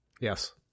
Yes